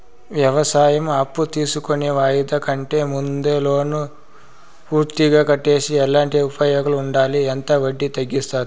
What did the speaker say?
వ్యవసాయం అప్పు తీసుకొని వాయిదా కంటే ముందే లోను పూర్తిగా కట్టేస్తే ఎట్లాంటి ఉపయోగాలు ఉండాయి? ఎంత వడ్డీ తగ్గిస్తారు?